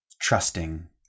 trusting